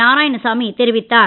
நாராயணசாமி தெரிவித்தார்